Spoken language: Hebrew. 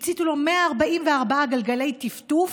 הציתו לו 144 גלגלי טפטוף,